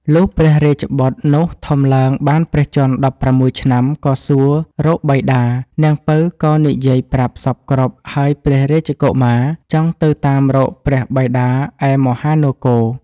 លុះព្រះរាជបុត្រនោះធំឡើងបានព្រះជន្ម ១៦ឆ្នាំ ក៏សួររកបិតា នាងពៅ ក៏និយាយប្រាប់សព្វគ្រប់ ហើយព្រះរាជកុមារ ចង់ទៅតាមរកព្រះបិតាឯមហានគរ។